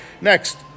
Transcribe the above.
Next